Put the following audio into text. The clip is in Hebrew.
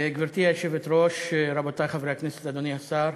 גברתי היושבת-ראש, רבותי חברי הכנסת, אדוני השר,